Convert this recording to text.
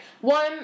one